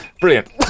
Brilliant